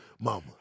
Mama